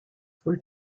were